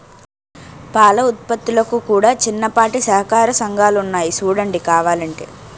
పాల ఉత్పత్తులకు కూడా చిన్నపాటి సహకార సంఘాలున్నాయి సూడండి కావలంటే